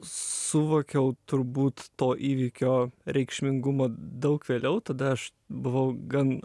suvokiau turbūt to įvykio reikšmingumą daug vėliau tada aš buvau gan